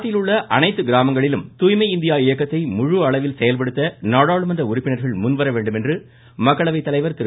நாட்டிலுள்ள அனைத்து கிராமங்களிலும் தூய்மை இந்தியா இயக்கத்தை முழு அளவில் செயல்படுத்த நாடாளுமன்ற உறுப்பினர்கள் முன்வர வேண்டும் என மக்களவைத் தலைவர் திரு